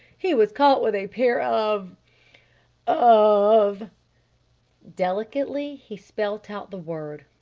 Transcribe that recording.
he was caught with a pair of of delicately he spelt out the word.